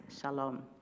shalom